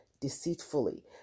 deceitfully